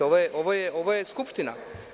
Ovo je Skupština.